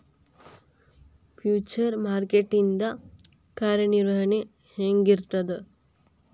Future market ಇಂದ್ ಕಾರ್ಯನಿರ್ವಹಣಿ ಹೆಂಗಿರ್ತದ?